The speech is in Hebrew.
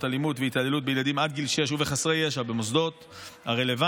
אלימות והתעללות בילדים עד גיל שש ובחסרי ישע במוסדות הרלוונטיים.